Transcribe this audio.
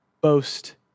boast